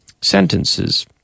sentences